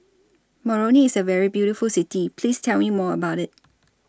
Moroni IS A very beautiful City Please Tell Me More about IT